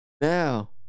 Now